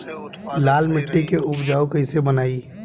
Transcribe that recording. लाल मिट्टी के उपजाऊ कैसे बनाई?